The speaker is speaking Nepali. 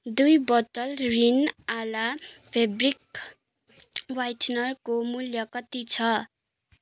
दुई बोतल रिन आला फेब्रिक ह्वाइटनरको मूल्य कति छ